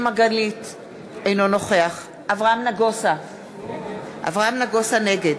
אינו נוכח אברהם נגוסה, נגד